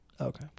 Okay